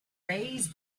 raised